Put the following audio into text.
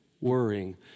worrying